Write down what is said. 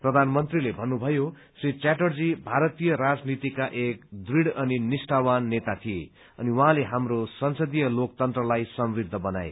प्रधानमन्त्रीले भन्नुभयो श्री च्याटर्जी भारतीय राजनीतिका एक दुढ़ अनि निष्ठावान नेता थिए अनि उहाँले हाम्रो संसदीय लोकतन्त्रलाई समृद्ध बनाए